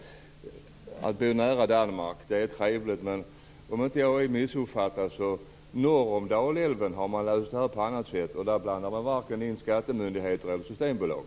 Att bo nära Danmark är trevligt. Men om inte jag har missuppfattat saken har man löst det problemet på annat sätt norr om Dalälven. Där blandar man varken in skattemyndigheter eller systembolag.